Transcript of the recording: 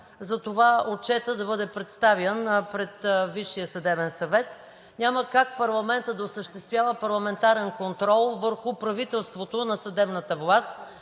за това отчетът да бъде представян пред Висшия съдебен съвет. Няма как парламентът да осъществява парламентарен контрол върху правителството на съдебната власт